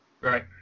Right